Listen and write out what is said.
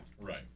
Right